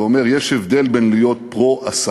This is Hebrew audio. ואומר: יש הבדל בין להיות פרו-עסקים,